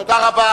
תודה רבה.